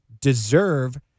deserve